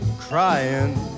crying